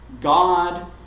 God